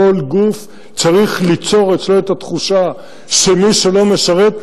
כל גוף צריך ליצור אצלו את התחושה שמי שלא משרת,